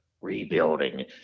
rebuilding